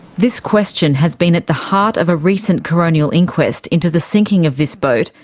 this question has been at the heart of a recent coronial inquest into the sinking of this boat,